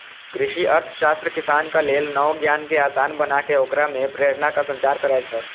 कृषि अर्थशास्त्र किसानक लेल नव ज्ञान कें आसान बनाके ओकरा मे प्रेरणाक संचार करै छै